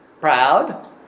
proud